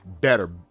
better